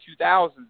2000s